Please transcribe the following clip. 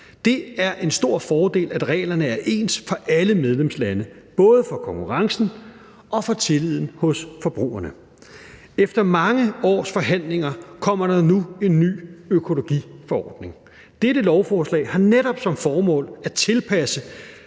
Det er en stor fordel, at reglerne er ens for alle medlemslande, både for konkurrencen og for tilliden hos forbrugerne. Efter mange års forhandlinger kommer der nu en ny økologiforordning. Dette lovforslag har netop som formål at tilpasse